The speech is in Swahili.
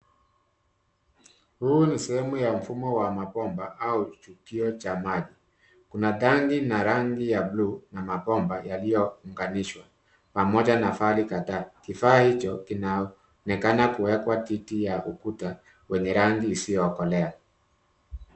Huu ni sehemu ya mfumo wa mabomba au tukio cha maji. Kuna tangi ina rangi ya blue na mabomba yaliyounganishwa pamoja na vali kadhaa. Kifaa hicho kinaonekana kuwekwa titi ya ukuta wenye rangi isiyokolea.